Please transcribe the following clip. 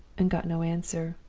and got no answer.